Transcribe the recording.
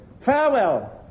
farewell